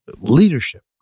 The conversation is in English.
leadership